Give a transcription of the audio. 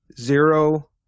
Zero